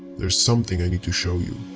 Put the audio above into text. there's something i need to show you,